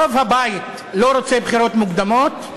רוב הבית לא רוצה בחירות מוקדמות,